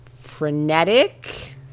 frenetic